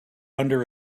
under